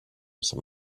some